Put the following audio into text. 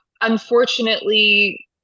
unfortunately